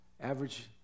average